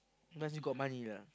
must be got money lah